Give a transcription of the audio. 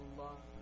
love